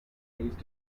phase